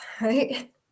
right